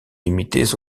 limités